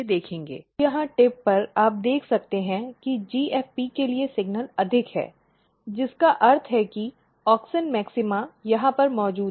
तो यहाँ टिप पर आप देख सकते हैं कि GFP के लिए सिग्नल अधिक है जिसका अर्थ है कि ऑक्सिन मैक्सिमा यहाँ पर मौजूद है